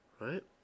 right